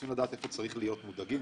רוצים לדעת איפה צריכים להיות מודאגים,